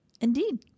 Indeed